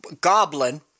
Goblin